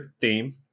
theme